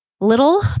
little